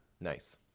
Nice